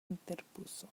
interpuso